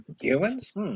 humans